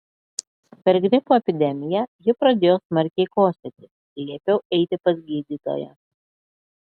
per gripo epidemiją ji pradėjo smarkiai kosėti liepiau eiti pas gydytoją